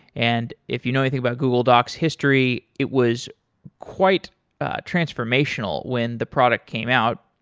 and if you know anything about google docs' history, it was quite transformational when the product came out.